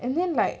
and then like